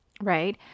right